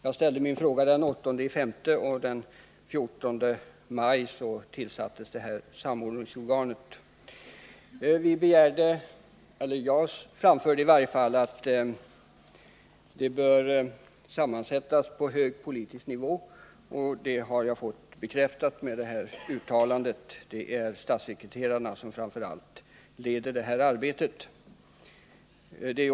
Jag ställde min fråga den 8 maj, och den 14 maj tillsattes samordningsorganet. Jag framförde en önskan att organet skulle sammansättas på hög politisk nivå, och med socialministerns uttalande har jag fått bekräftat att så skett. Det är framför allt statssekreterarna som leder det här arbetet.